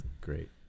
great